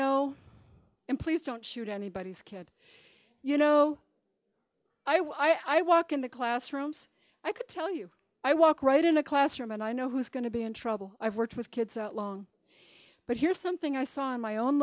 know him please don't shoot anybody's kid you know i was i walk in the classrooms i could tell you i walk right in a classroom and i know who's going to be in trouble i've worked with kids long but here's something i saw in my own